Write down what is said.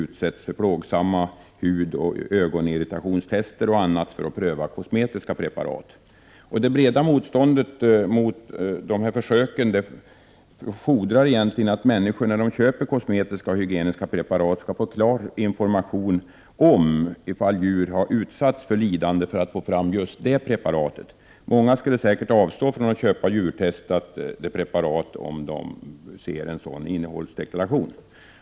1988/89:12 öÖgonirritationstester för att man skall kunna pröva kosmetiska preparat. 20 oktober 1988 Det breda motståndet mot sådana här försök fordrar egentligen att människor när de köper kosmetiska och hygieniska preparat får klar information om huruvida djur utsatts för lidande bara för att det aktuella preparatet skulle kunna tas fram. Många skulle säkert avstå från att köpa djurtestade preparat, om det fanns en sådan innehållsdeklaration.